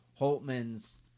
Holtman's